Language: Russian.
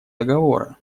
договора